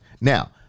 Now